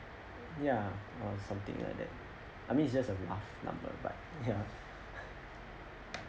ya uh something like that I mean it's just a rough number but ya